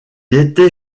était